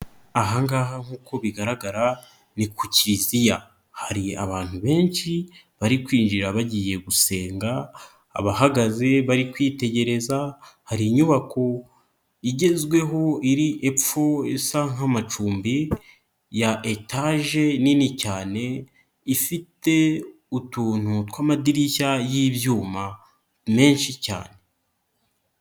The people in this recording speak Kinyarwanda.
Aha ngaha nkuko bigaragara, ni ku Kiliziya hari abantu benshi bari kwinjira bagiye gusenga abahagaze bari kwitegereza, hari inyubako igezweho iri epfo isa nk'amacumbi ya etaje nini cyane ifite utuntu tw'amadirishya y'ibyuma meshi cyane.